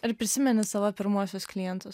ar prisimeni savo pirmuosius klientus